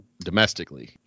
domestically